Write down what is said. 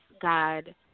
God